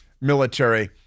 military